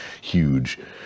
huge